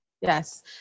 yes